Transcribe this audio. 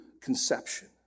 conception